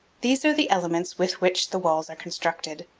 these are the elements with which the walls are constructed,